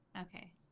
Okay